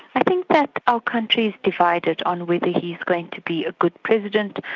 i think that our country's divided on whether he's going to be a good president,